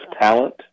talent